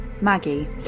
Maggie